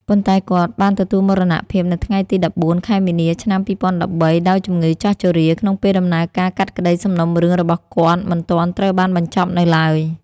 ប៉ុន្តែគាត់ បានទទួលមរណភាពនៅថ្ងៃទី១៤ ខែមីនា ឆ្នាំ ២០១៣ ដោយជំងឺចាស់ជរា ក្នុងពេលដំណើរការកាត់ក្តីសំណុំរឿងរបស់គាត់មិន ទាន់ត្រូវបានបញ្ចប់នៅឡើយ ។